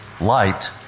light